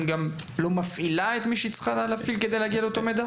גם לא מפעילה את מי שהיא צריכה להפעיל כדי להגיע לאותו מידע?